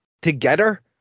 together